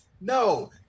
No